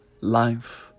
Life